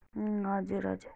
हजुर हजुर